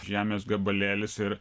žemės gabalėlis ir